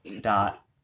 dot